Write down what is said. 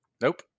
Nope